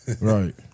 Right